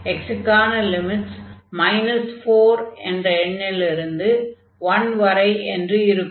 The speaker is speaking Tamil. x க்கான லிமிட்ஸ் 4 என்ற எண்ணிலிருந்து 1 வரை என்று இருக்கும்